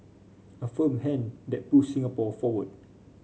a firm hand that pushed Singapore forward